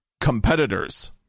competitors